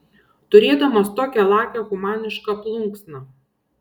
turėdamas tokią lakią humanišką plunksną